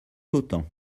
autant